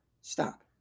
Stop